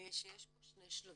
שיש בו שני שלבים.